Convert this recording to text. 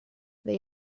they